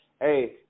hey